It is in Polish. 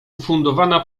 ufundowana